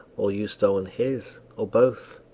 or you stol'n his? or both?